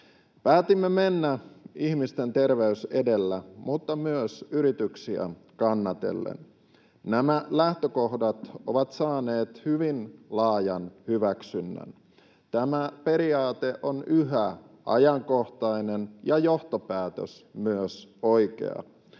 Päätimme mennä ihmisten terveys edellä mutta myös yrityksiä kannatellen. Nämä lähtökohdat ovat saaneet hyvin laajan hyväksynnän. Tämä periaate on yhä ajankohtainen ja johtopäätös myös oikea.